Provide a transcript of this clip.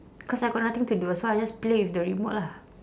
cause I got nothing to do so I just play with the remote lah